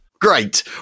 Great